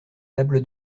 table